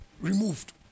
removed